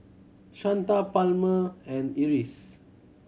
Shanta Palmer and Iris